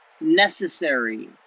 necessary